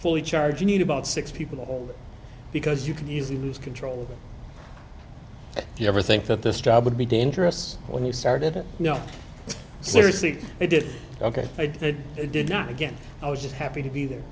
fully charged you need about six people because you can easily lose control if you ever think that this job would be dangerous when you started it no seriously it did ok i did it did not again i was just happy to be there